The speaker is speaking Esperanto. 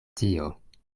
tio